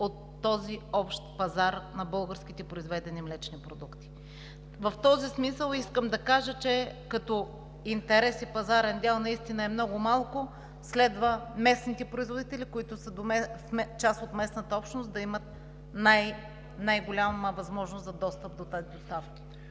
1% от общия пазар на произведените български млечни продукти. В този смисъл искам да кажа, че като интерес и пазарен дял наистина е много малко, следва местните производители, които са част от местната общност, да имат най-голяма възможност за достъп до тези доставки.